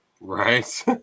Right